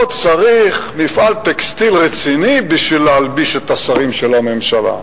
פה צריך מפעל טקסטיל רציני בשביל להלביש את השרים של הממשלה.